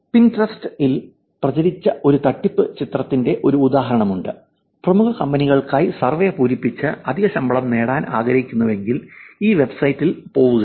Pinterest ൽ പ്രചരിച്ച ഒരു തട്ടിപ്പു ചിത്രത്തിന്റെ ഒരു ഉദാഹരണം ഉണ്ട് പ്രമുഖ കമ്പനികൾക്കായി സർവേ പൂരിപ്പിച്ച് അധിക ശമ്പളം നേടാൻ ആഗ്രഹിക്കുന്നുവെങ്കിൽ ഈ വെബ്സൈറ്റ് ഇൽ പോകുക